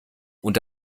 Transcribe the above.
und